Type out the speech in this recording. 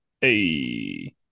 Hey